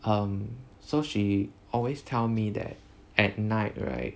um so she always tell me that at night right